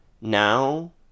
now